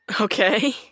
Okay